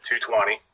220